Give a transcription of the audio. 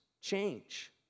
change